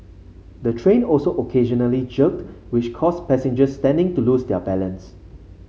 the train also occasionally jerked which caused passengers standing to lose their balance